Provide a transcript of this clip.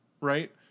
right